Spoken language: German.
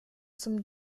zum